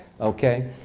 Okay